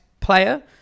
player